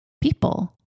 people